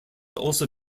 also